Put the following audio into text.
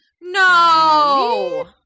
No